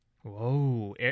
Whoa